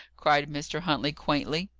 cried mr. huntley, quaintly.